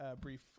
brief